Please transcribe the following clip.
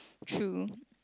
true